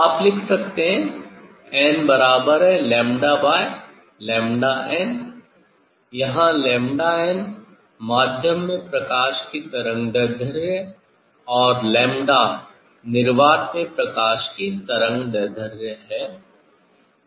आप लिख सकते है n बराबर है 𝝺 बाई 𝝺n यहाँ 𝝺n माध्यम में प्रकाश की तरंगदैर्ध्य और 𝝺 निर्वात में प्रकाश की तरंगदैर्ध्य है